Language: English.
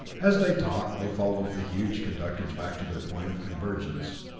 as they talked they followed the huge conductors back to their point of convergence.